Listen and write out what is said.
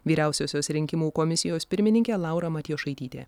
vyriausiosios rinkimų komisijos pirmininkė laura matjošaitytė